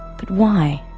but why?